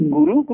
Guru